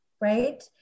right